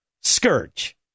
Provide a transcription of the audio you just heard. Scourge